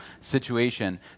situation